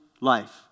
life